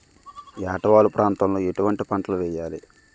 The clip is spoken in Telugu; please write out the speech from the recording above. ఏటా వాలు ప్రాంతం లో ఎటువంటి పంటలు వేయాలి?